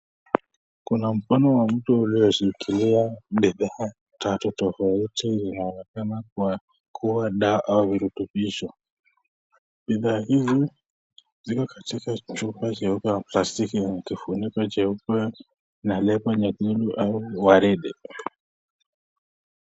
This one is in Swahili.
Kuna mkono wa mtu ulioshikilia bidhaa tatu tofauti, inayoonekana kuwa dawa ama virutubish, bidhaa hizi ziko katika chupa nyeupe ya plastiki yenye kifuniko cheupe na lebo nyekundu au waridi.